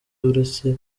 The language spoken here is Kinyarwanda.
uretse